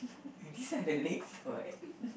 and these are the legs or what